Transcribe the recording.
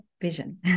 vision